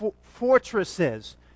fortresses